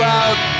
out